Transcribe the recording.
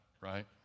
right